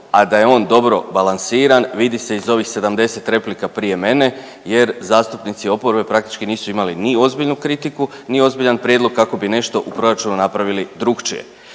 a da je on dobro balansiran vidi se iz ovih 70 replika prije mene. Jer zastupnici oporbe praktički nisu imali ni ozbiljnu kritiku, ni ozbiljan prijedlog kako bi nešto u proračunu napravili drukčije.